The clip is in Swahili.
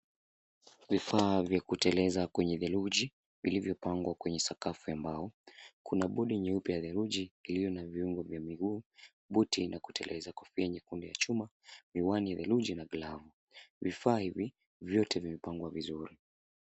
Vifaa vya kuteleza kwenye theluji vilivyopangwa kwenye sakafu ya mbao. Kuna bodi nyeupe ya theluji iliyo na viungo vya miguu, buti na kuteleza kwenye chuma, miwani theluji na glavu. Vifaa hivi, vyote vimepangwa vizuri.